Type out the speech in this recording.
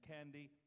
Candy